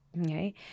okay